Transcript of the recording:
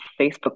Facebook